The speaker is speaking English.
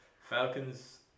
Falcons